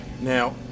Now